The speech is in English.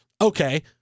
Okay